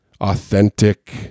authentic